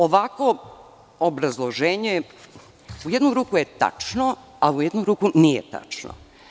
Ovakvo obrazloženje u jednu ruku je tačno, a u jednu ruku nije tačno.